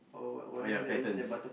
oh ya patterns